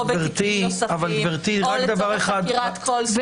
בתיקים נוספים או לצורך חקירת כל --- אבל,